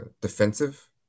defensive